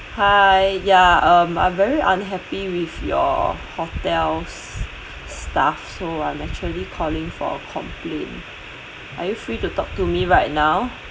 hi ya um I'm very unhappy with your hotel's staff so I'm actually calling for a complaint are you free to talk to me right now